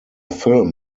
film